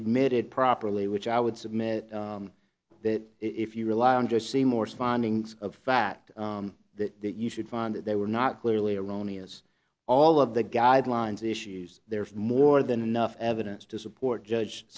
it properly which i would submit that if you rely on just seymour's findings of fact that you should find that they were not clearly erroneous all of the guidelines issues there's more than enough evidence to support judge